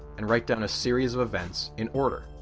and write down a series of events in order.